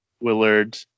willard